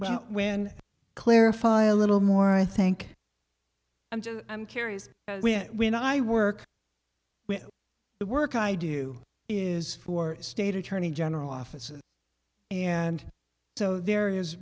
but when clarify a little more i think i'm just i'm curious when i work with the work i do is for state attorney general office and so there is